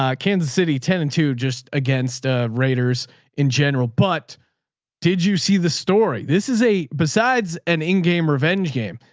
um kansas city ten and two just against raiders in general. but did you see the story? this is a, besides an in game revenge game.